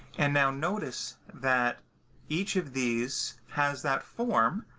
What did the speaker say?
and now notice that each of these has that form.